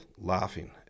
laughing